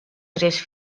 tres